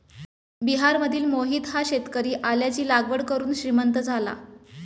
बिहारमधील मोहित हा शेतकरी आल्याची लागवड करून श्रीमंत झाला